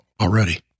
already